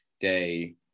day